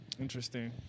interesting